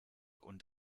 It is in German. und